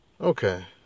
Okay